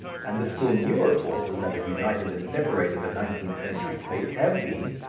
and the still newer forces that have united and separated the nineteenth century states have been,